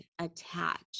attach